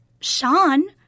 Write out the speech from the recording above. Sean